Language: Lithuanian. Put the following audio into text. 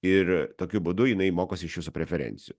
ir tokiu būdu jinai mokosi iš jūsų preferencijų